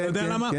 אתה יודע למה?